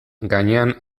gainean